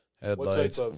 Headlights